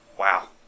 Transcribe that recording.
Wow